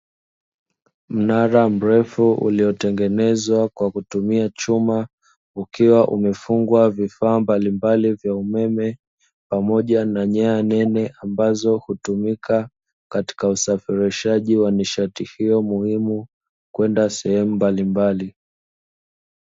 Mnara mrefu uliotengenezwa kwa kutumia chuma, ukiwa umefungwa vifaa mbalimbali vya umeme pamoja na nyaya nene, ambazo hutumika katika usafirishaji wa nishati hiyo muhimu, kwenda sehemu mbalimbali.